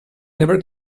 never